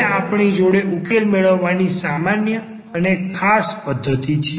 હવે આપણી જોડે ઉકેલ મેળવવાની સામાન્ય અને ખાસ ટર્મ્ધતિ છે